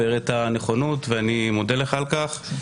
הראית נכונות ואני מודה לך על-כך.